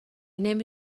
نمی